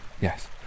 yes